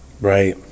Right